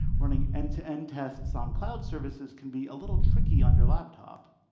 running end-to-end tests on cloud services can be a little tricky on your laptop.